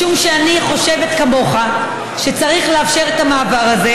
משום שאני חושבת, כמוך, שצריך לאפשר את המעבר הזה,